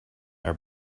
are